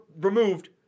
removed